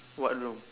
what room